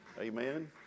Amen